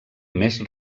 més